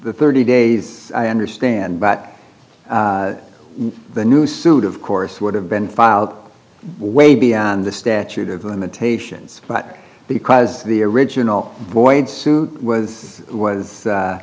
the thirty days i understand but the new suit of course would have been filed way beyond the statute of limitations but because the original void suit was was